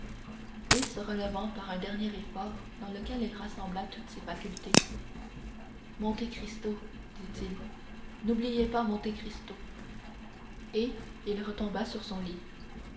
et se relevant par un dernier effort dans lequel il rassembla toutes ses facultés monte cristo dit-il n'oubliez pas monte cristo et il retomba sur son lit